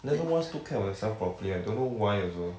never once took care of yourself properly I don't know why also